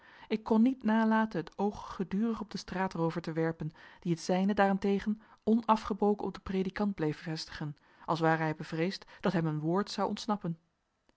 ik kon niet nalaten het oog gedurig op den straatroover te werpen die het zijne daarentegen onafgebroken op den predikant bleef vestigen als ware hij bevreesd geweest dat hem een woord zou ontsnappen